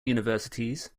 universities